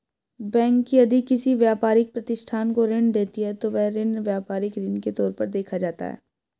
bank यदि किसी व्यापारिक प्रतिष्ठान को ऋण देती है तो वह ऋण व्यापारिक ऋण के तौर पर देखा जाता है